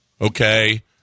Okay